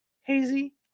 Hazy